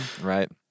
Right